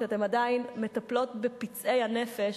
כשאתן עדיין מטפלות בפצעי הנפש,